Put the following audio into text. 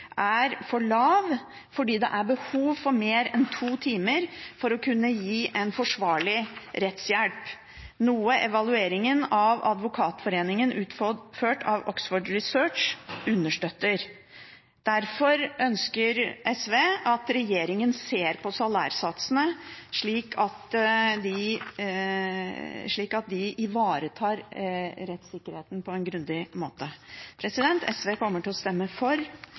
er for lav, for det er behov for mer enn to timer for å kunne gi en forsvarlig rettshjelp, noe evalueringen av Advokatforeningen, utført av Oxford Research, understøtter. Derfor ønsker SV at regjeringen ser på salærsatsene, slik at de ivaretar rettssikkerheten på en grundig måte. SV kommer til å stemme for